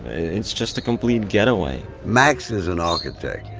it's just a complete getaway max is an architect.